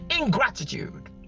ingratitude